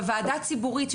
בוועדה ציבורית,